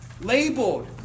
Labeled